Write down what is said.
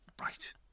Right